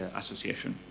association